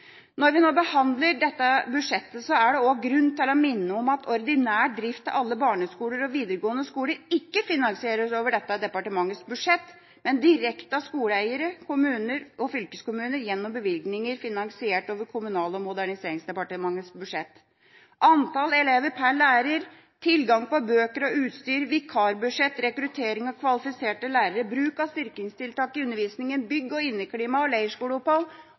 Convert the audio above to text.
Når vi nå behandler dette budsjettet, er det grunn til å minne om at ordinær drift av alle barneskoler og videregående skoler ikke finansieres over dette departementets budsjett, men direkte av skoleeiere, kommuner og fylkeskommuner gjennom bevilgninger finansiert over Kommunal- og moderniseringsdepartementets budsjett. Antall elever per lærer, tilgang på bøker og utstyr, vikarbudsjett, rekruttering og kvalifiserte lærere, bruk av styrkingstiltak i undervisninga, bygg og inneklima, leirskoleopphold